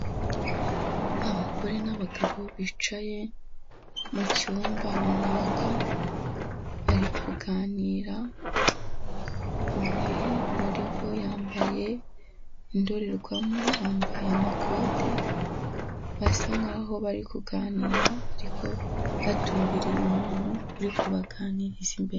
Abagore n'abagabo bicaye mu cyumba runaka, bari kuganira umwe muri bo yambaye indorerwamo, bambaye amakote basa nk'aho bari kuganira ariko batumbiriye umuntu uri kubaganiriza imbere.